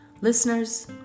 Listeners